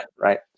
right